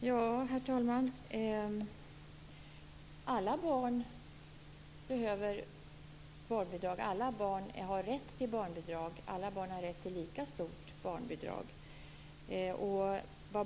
Herr talman! Alla barn behöver barnbidrag. Alla barn har rätt till barnbidrag. Alla barn har rätt till lika stort barnbidrag.